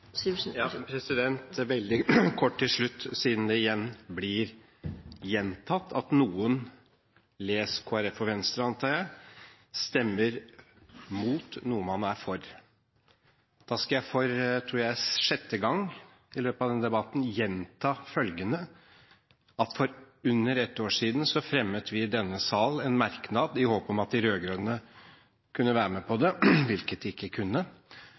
veldig kort til slutt, siden det blir gjentatt at noen – les: Kristelig Folkeparti og Venstre, antar jeg – stemmer imot noe man er for. Da skal jeg – for sjette gang i løpet av denne debatten, tror jeg – gjenta følgende: For under ett år siden fremmet vi i denne sal en merknad i håp om at de rød-grønne kunne være med på det, hvilket de ikke kunne